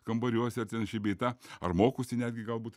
kambariuose ten šį bei tą ar mokosi netgi galbūt